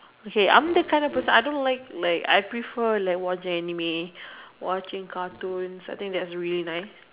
okay I'm the kind of person I don't like like I prefer like watching anime watching cartoons I think that's really nice